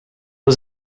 was